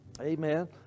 Amen